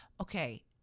Okay